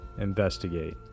investigate